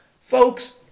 Folks